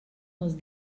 les